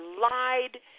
lied